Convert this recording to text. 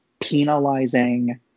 penalizing